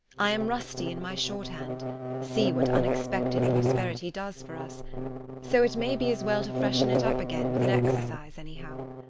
i am rusty in my shorthand see what unexpected prosperity does for us so it may be as well to freshen it up again with an exercise anyhow.